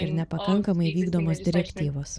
ir nepakankamai vykdomos direktyvos